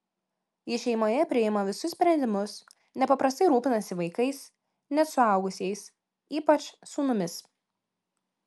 ji šeimoje priima visus sprendimus nepaprastai rūpinasi vaikais net suaugusiais ypač sūnumis